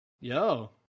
yo